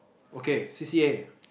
okay C_C_A